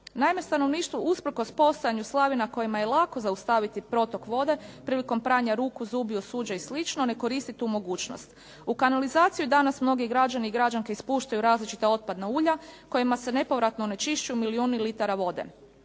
Naime, stanovništvo usprkos postojanju slavina kojima je lako zaustaviti protok vode prilikom pranja ruku, zubi, suđa i slično, ne koriste tu mogućnost. U kanalizaciju danas mnogi građani i građanke ispuštaju različita otpadna ulja kojima se nepovratno onečišćuju milijuni litara vode.